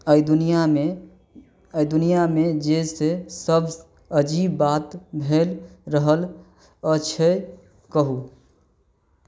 एहि दुनिआमे एहि दुनिआमे जे से सभसँ अजीब बात भेल रहल अछि कहु